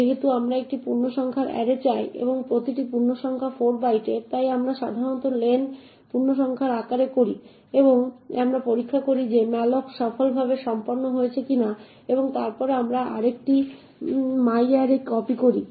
যেহেতু আমরা একটি পূর্ণসংখ্যা অ্যারে চাই এবং প্রতিটি পূর্ণসংখ্যা 4 বাইটের তাই আমরা সাধারণত লেন পূর্ণসংখ্যার আকার করি এবং আমরা পরীক্ষা করি যে malloc সফলভাবে সম্পন্ন হয়েছে কিনা এবং তারপর আমরা অ্যারেকে myarray এ কপি করি